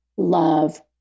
Love